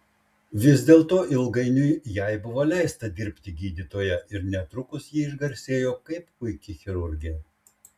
vis dėlto ilgainiui jai buvo leista dirbti gydytoja ir netrukus ji išgarsėjo kaip puiki chirurgė